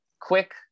Quick